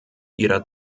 ihrer